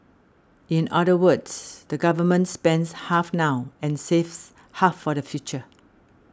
in other words the government spends half now and saves half for the future